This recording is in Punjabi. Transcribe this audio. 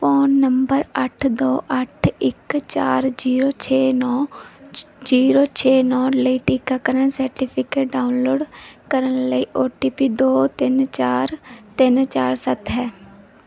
ਫ਼ੋਨ ਨੰਬਰ ਅੱਠ ਦੋ ਅੱਠ ਇੱਕ ਚਾਰ ਜੀਰੋ ਛੇ ਨੌਂ ਜੀਰੋ ਛੇ ਨੌਂ ਲਈ ਟੀਕਾਕਰਨ ਸੈਟੀਫਿਕੇਟ ਡਾਊਨਲੋਡ ਕਰਨ ਲਈ ਓਟੀਪੀ ਦੋ ਤਿੰਨ ਚਾਰ ਤਿੰਨ ਚਾਰ ਸੱਤ ਹੈ